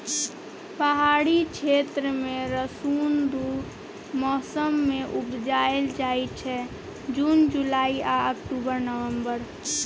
पहाड़ी क्षेत्र मे रसुन दु मौसम मे उपजाएल जाइ छै जुन जुलाई आ अक्टूबर नवंबर